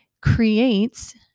creates